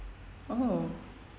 oh